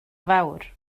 fawr